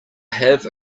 have